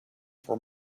for